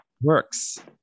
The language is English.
works